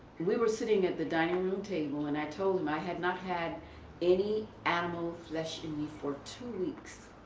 we were sitting at the dining room table and i told him i had not had any animal flesh in me for two weeks.